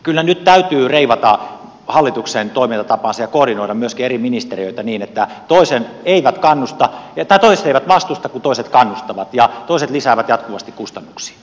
kyllä nyt täytyy reivata hallituksen toimintatapaansa ja myöskin koordinoida eri ministeriöitä niin että toiset eivät vastusta kun toiset kannustavat ja toiset eivät lisää jatkuvasti kustannuksia